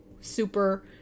Super